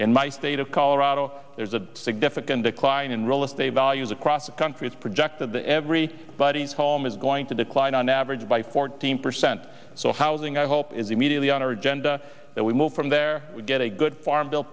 in my state of colorado there's a significant decline in real estate values across the country it's projected the every body's home is going to decline on average by fourteen percent so housing i hope is immediately on our agenda that we move from there we get a good farm bill